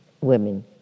women